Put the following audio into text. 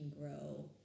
grow